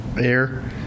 air